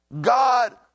god